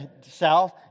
south